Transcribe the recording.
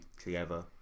together